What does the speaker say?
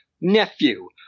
nephew